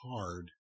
hard